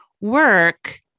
work